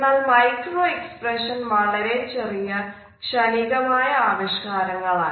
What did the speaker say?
എന്നാൽ micro expression വളരെ ചെറിയ ക്ഷണികമായ ആവിഷ്കാരങ്ങളാണ്